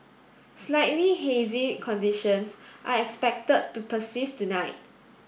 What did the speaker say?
slightly hazy conditions are expected to persist tonight